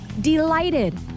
delighted